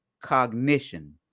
cognition